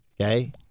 okay